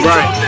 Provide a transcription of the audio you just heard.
Right